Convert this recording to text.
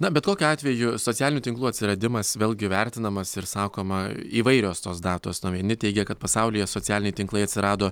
na bet kokiu atveju socialinių tinklų atsiradimas vėlgi vertinamas ir sakoma įvairios tos datos vieni teigia kad pasaulyje socialiniai tinklai atsirado